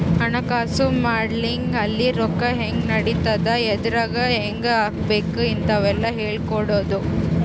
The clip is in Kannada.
ಹಣಕಾಸು ಮಾಡೆಲಿಂಗ್ ಅಲ್ಲಿ ರೊಕ್ಕ ಹೆಂಗ್ ನಡಿತದ ಎದ್ರಾಗ್ ಹೆಂಗ ಹಾಕಬೇಕ ಇಂತವೆಲ್ಲ ಹೇಳ್ಕೊಡೋದು